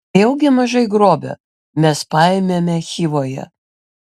nejaugi mažai grobio mes paėmėme chivoje